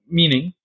meaning